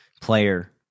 player